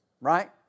Right